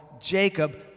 Jacob